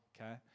okay